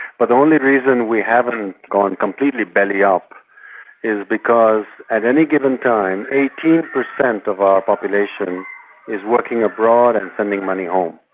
but the only reason we haven't gone completely belly-up is because at any given time, eighteen per cent of our population is working abroad and sending money um